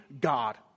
God